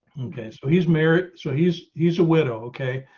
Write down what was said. okay, so he's married so he's, he's a widow. okay,